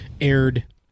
aired